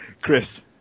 Chris